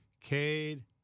Cade